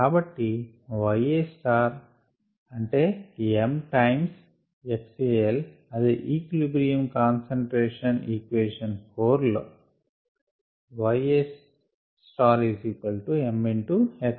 కాబట్టి yA అంటే m times xALఅదే ఈక్విలిబ్రియం కాన్స్టెంట్ ఈక్వేషన్ 4 లో So yA is nothing but m times xAL in terms of the same equilibrium constant equation 4